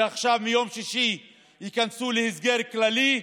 ועכשיו מיום שישי ייכנסו להסגר כללי,